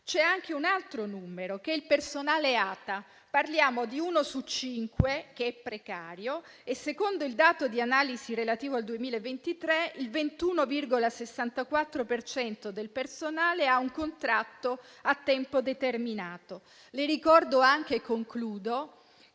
c'è anche il numero relativo al personale ATA. Parliamo di uno su cinque che è precario e, secondo il dato di analisi relativo al 2023, il 21,64 per cento del personale ha un contratto a tempo determinato. Le ricordo anche in conclusione